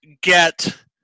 get